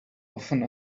often